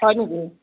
হয় নেকি